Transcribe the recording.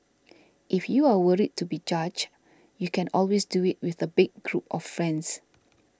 if you are worried to be judged you can always do it with a big group of friends